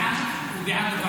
שבעד,